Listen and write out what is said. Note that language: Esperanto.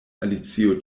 alicio